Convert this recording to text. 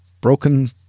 broken